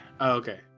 okay